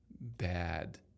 bad